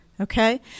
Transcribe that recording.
Okay